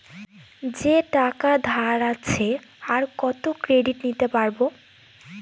যে টাকা ধার আছে, আর কত ক্রেডিট নিতে পারবো?